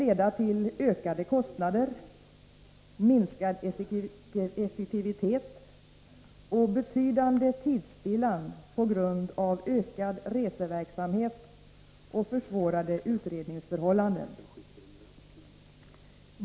”Den antas leda till ökade kostnader, minskad effektivitet och betydande tidsspillan på grund av ökad reseverksamhet och försvårade utredningsförhållanden.